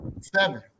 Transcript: seven